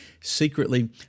secretly